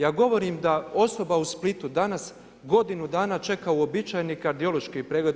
Ja govorim da osoba u Splitu, danas godinu dana, čeka uobičajeni kardiološki pregled.